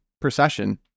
procession